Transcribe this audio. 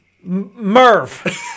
Merv